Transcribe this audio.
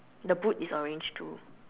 the boot is orange too